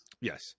Yes